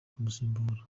kumusimbura